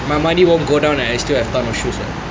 my money won't go down and I still have time for shoes [what]